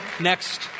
next